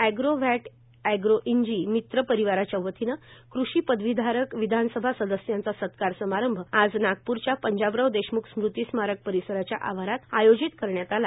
agro व्हेट एग्रोइंजि मित्र परिवाराच्या वतीने कृषी पदवीधारक विधानसभा सदस्यांचा सत्कार समारंभ आज पंजाबराव देशम्ख स्मृती स्मारक परिसराच्या आवारात आयोजित करण्यात आला